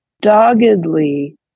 doggedly